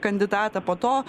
kandidatą po to